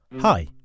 Hi